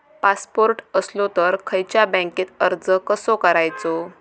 Passport असलो तर खयच्या बँकेत अर्ज कसो करायचो?